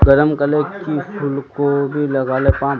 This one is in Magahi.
गरम कले की फूलकोबी लगाले पाम?